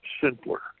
simpler